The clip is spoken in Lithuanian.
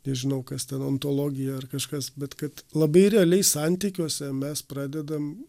nežinau kas ten antologija ar kažkas bet kad labai realiai santykiuose mes pradedam